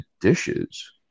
dishes